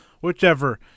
whichever